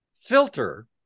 filter